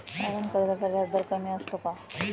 तारण कर्जाचा व्याजदर कमी असतो का?